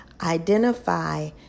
Identify